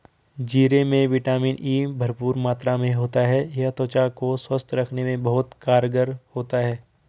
जीरे में vitamin E भरपूर मात्रा में होता है यह त्वचा को स्वस्थ रखने में बहुत कारगर होता है